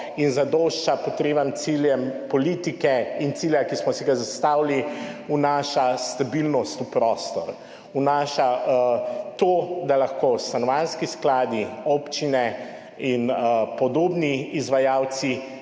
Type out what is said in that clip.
in zadošča potrebam politike in cilja, ki smo si ga zastavili, vnaša stabilnost v prostor. Vnaša to, da lahko stanovanjski skladi, občine in podobni izvajalci